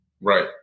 Right